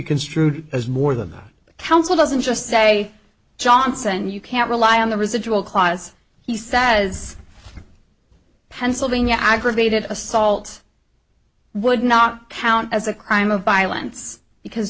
construed as more than the council doesn't just say johnson you can't rely on the residual clause he says pennsylvania aggravated assault would not count as a crime of violence because